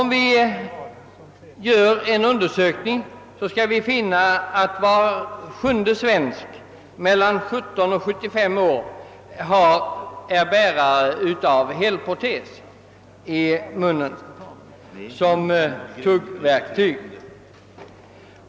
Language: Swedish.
Om vi gör en undersökning, skall vi finna att var sjunde svensk mellan 17 och 75 år är bärare av helprotes som tuggverktyg.